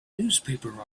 newspaper